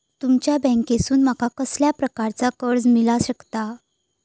तुमच्या बँकेसून माका कसल्या प्रकारचा कर्ज मिला शकता?